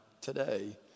today